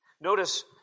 Notice